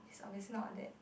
obviously not that